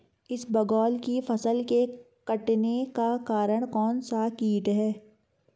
इसबगोल की फसल के कटने का कारण कौनसा कीट है?